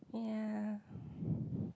ya